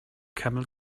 camel